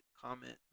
comment